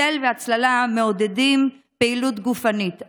צל והצללה מעודדים פעילות גופנית.